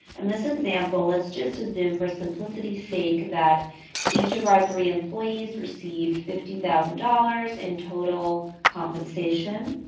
and this example, let's just assume for simplicity sake that each of our three employees received fifty thousand dollars in total compensation,